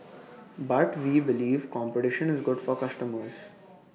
but we believe competition is good for customers